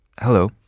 Hello